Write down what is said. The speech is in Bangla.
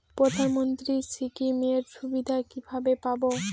প্রধানমন্ত্রী স্কীম এর সুবিধা কিভাবে পাবো?